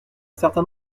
certain